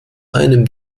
einem